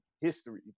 history